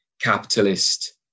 capitalist